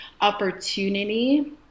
opportunity